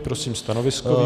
Prosím stanovisko.